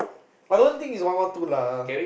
I don't think is one one two lah